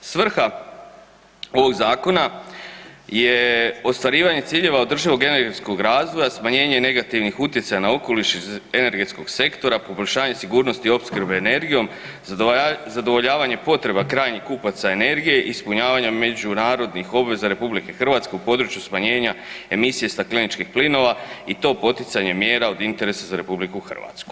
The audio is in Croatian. Svrha ovog zakona je ostvarivanje ciljeva održivog energetskog razvoja, smanjenje negativnih utjecaja na okoliš iz energetskog sektora, poboljšanje sigurnosti opskrbe energijom, zadovoljavanje potreba krajnjih kupaca energije, ispunjavanja međunarodnih obveza RH u području smanjenja emisije stakleničkih plinova i to poticanje mjera od interesa za RH.